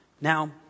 Now